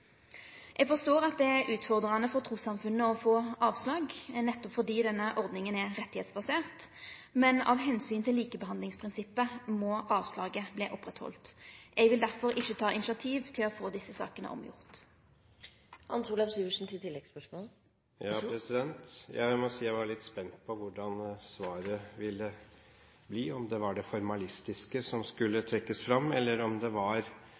Eg forstår at det er utfordrande for eit trussamfunn å få avslag, nettopp fordi denne ordninga er rettigheitsbasert, men av omsyn til likebehandlingsprinsippet må avslaget verte oppretthalde. Eg vil derfor ikkje ta initiativ til å få desse sakene omgjorde. Jeg må si jeg var litt spent på hvordan svaret ville bli, om det var det formalistiske som skulle trekkes fram, eller om det var